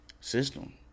System